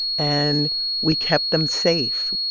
and we kept them safe.